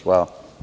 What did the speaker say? Hvala.